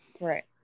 Right